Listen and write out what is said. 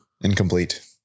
Incomplete